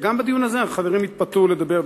גם בדיון הזה החברים התפתו לדבר,